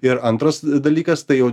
ir antras dalykas tai jau